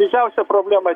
didžiausia problema